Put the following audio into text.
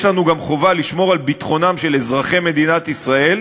יש לנו גם חובה לשמור על ביטחונם של אזרחי מדינת ישראל,